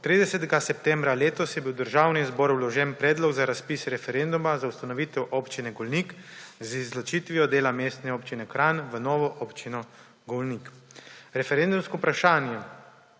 30. septembra letos je bil v Državni zbor vložen Predlog za razpis referenduma za ustanovitev Občine Golnik z izločitvijo dela Mestne občine Kranj v novo Občino Golnik. Referendumsko vprašanje